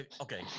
Okay